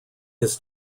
his